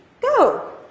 go